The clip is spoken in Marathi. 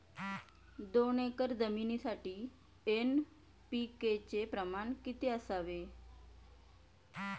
दोन एकर जमीनीसाठी एन.पी.के चे प्रमाण किती असावे?